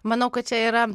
manau kad čia yra